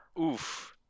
Oof